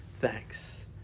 thanks